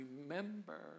remember